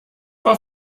war